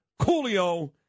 Coolio